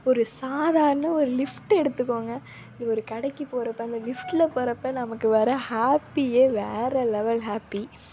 ஒரு சாதாரண ஒரு லிஃப்ட்டு எடுத்துக்கோங்க ஒரு கடைக்கு போகிறப்ப அந்த லிஃப்டில் போகிறப்ப நமக்கு வர்ற ஹாப்பியே வேறு லெவல் ஹாப்பி